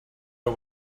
her